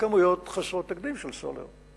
בכמויות חסרות תקדים של סולר,